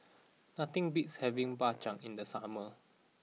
nothing beats having Bak Chang in the summer